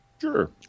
Sure